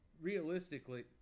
realistically